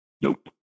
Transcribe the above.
nope